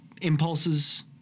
impulses